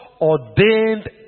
ordained